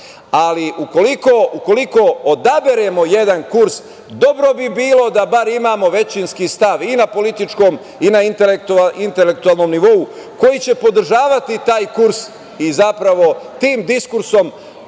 Ali ukoliko odaberemo jedan kurs dobro bi bilo da bar imamo većinski stav i na političkom i na intelektualnom nivou koji će podržavati taj kurs i zapravo tim diskursom